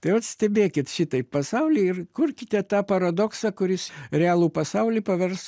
tai vat stebėkit šitaip pasaulį ir kurkite tą paradoksą kuris realų pasaulį pavers